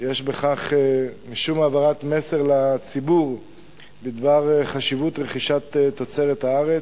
יש בכך משום העברת מסר לציבור בדבר חשיבות רכישת תוצרת הארץ.